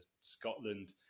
Scotland